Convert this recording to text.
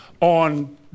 on